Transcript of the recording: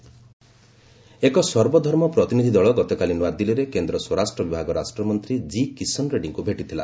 delegation home ଏକ ସର୍ବଧର୍ମ ପ୍ରତିନିଧି ଦଳ ଗତକାଲି ନୁଆଦିଲ୍ଲୀରେ କେନ୍ଦ୍ର ସ୍ୱରାଷ୍ଟ୍ର ବିଭାଗ ରାଷ୍ଟ୍ରମନ୍ତ୍ରୀ ଜି କିଶନ ରେଡ୍ଯୀଙ୍କୁ ଭେଟିଥିଲା